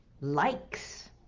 likes